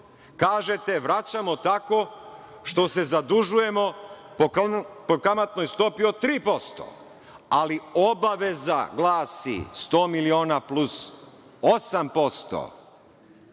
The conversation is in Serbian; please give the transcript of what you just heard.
kažete, vraćamo tako što se zadužujemo po kamatnoj stopi od 3%. Ali, obaveza glasi – 100 miliona plus 8%.